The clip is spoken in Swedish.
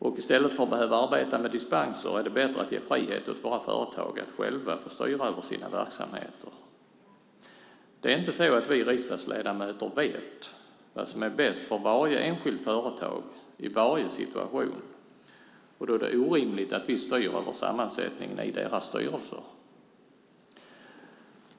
I stället för att behöva arbeta med dispenser är det bättre att ge frihet åt våra företag att själva få styra över sina verksamheter. Det är inte så att vi riksdagsledamöter vet vad som är bäst för varje enskilt företag i varje situation, och då är det orimligt att vi styr över sammansättningen i deras styrelser.